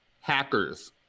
Hackers